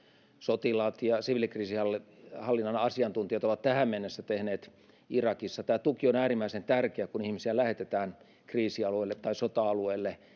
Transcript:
sotilaat ja siviilikriisinhallinnan asiantuntijat ovat tähän mennessä tehneet irakissa on äärimmäisen tärkeää kun ihmisiä lähetetään kriisialueelle tai sota alueelle